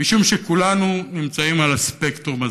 משום שכולנו נמצאים בספקטרום הזה.